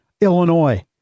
Illinois